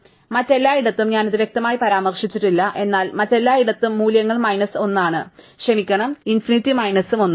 അതിനാൽ മറ്റെല്ലായിടത്തും ഞാൻ ഇത് വ്യക്തമായി പരാമർശിച്ചിട്ടില്ല എന്നാൽ മറ്റെല്ലായിടത്തും മൂല്യങ്ങൾ മൈനസ് 1 ആണ് ക്ഷമിക്കണം ഇൻഫിനിറ്റി മൈനസും 1